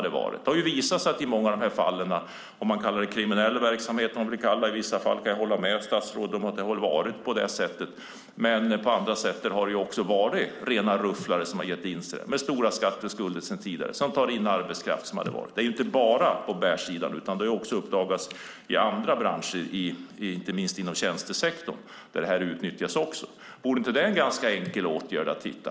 Det har visat sig att det i många av dessa fall har varit vad man kan kalla kriminell verksamhet. Jag kan hålla med statsrådet om att det har varit så i vissa fall. Det har också varit rena rufflare med stora skatteskulder sedan tidigare som tagit in arbetskraft. Det är inte bara på bärsidan, utan det har också uppdagats i andra branscher, inte minst inom tjänstesektorn där det här också utnyttjas. Vore det inte en ganska enkel åtgärd att vidta?